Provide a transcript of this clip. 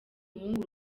muhungu